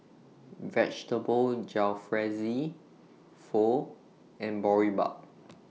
Vegetable Jalfrezi Pho and Boribap